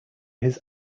his